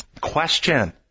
Question